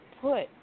put